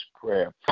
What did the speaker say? prayer